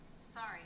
Sorry